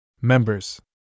Members